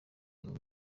iyi